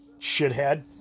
shithead